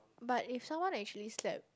but if someone actually slapped